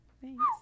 Thanks